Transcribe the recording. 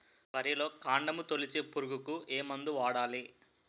వరిలో కాండము తొలిచే పురుగుకు ఏ మందు వాడాలి?